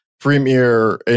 premier